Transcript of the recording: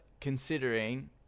considering